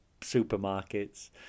supermarkets